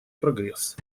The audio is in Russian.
прогресс